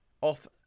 off